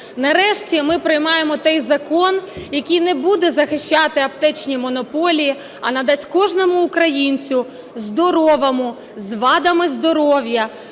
нарешті ми приймаємо той закон, який не буде захищати аптечні монополії, а надасть кожному українцю здоровому, з вадами здоров'я